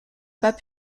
pas